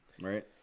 right